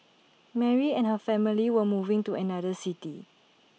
Mary and her family were moving to another city